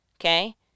okay